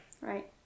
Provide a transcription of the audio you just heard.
Right